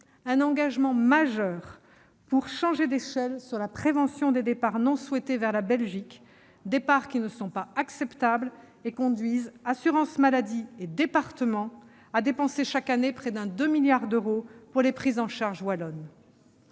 un engagement majeur pour changer d'échelle sur la prévention des départs non souhaités vers la Belgique, départs qui ne sont pas acceptables et qui conduisent assurance maladie et départements à dépenser chaque année près d'un demi-milliard d'euros pour les prises en charge en Wallonie.